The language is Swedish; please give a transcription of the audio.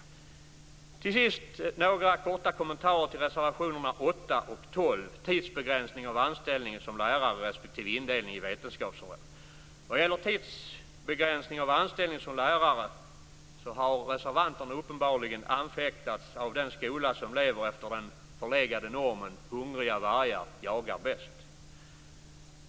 Till sist har jag några korta kommentarer till reservationerna 8 och 12 om tidsbegränsning av anställning som lärare respektive indelning i vetenskapsområden. Vad gäller tidsbegränsning av anställning som lärare har reservanterna uppenbarligen anfäktats av den skola som lever efter den förlegade normen att hungriga vargar jagar bäst.